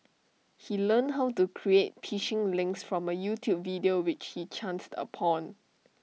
he learned how to create phishing links from A YouTube video which he chanced upon